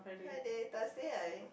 Friday Thursday I